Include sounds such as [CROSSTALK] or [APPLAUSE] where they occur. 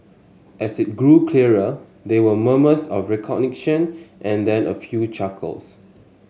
as it grew clearer there were murmurs of [UNINTELLIGIBLE] and then a few chuckles